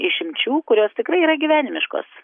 išimčių kurios tikrai yra gyvenimiškos